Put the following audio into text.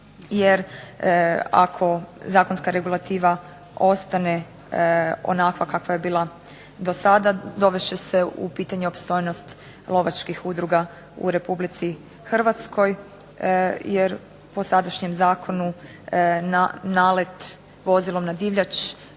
jer ako zakonska regulativa ostane onakva kakva je bila do sada, dovest će se u pitanje opstojnost lovačkih udruga u Republici Hrvatskoj, jer po sadašnjem zakonu na nalet vozilom na divljač